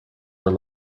were